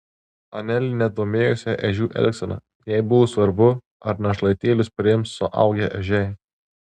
anelė net domėjosi ežių elgsena jai buvo svarbu ar našlaitėlius priims suaugę ežiai